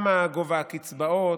מה גובה הקצבאות,